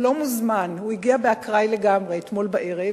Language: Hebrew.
הוא לא מוזמן, הוא הגיע באקראי לגמרי אתמול בערב,